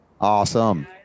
Awesome